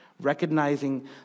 recognizing